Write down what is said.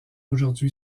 aujourd’hui